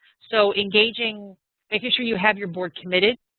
so engaging making sure you have your board committed,